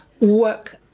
work